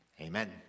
Amen